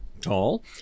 tall